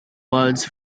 words